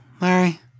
Larry